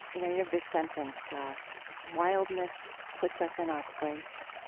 you know, you have this sentence wildness puts us in our place.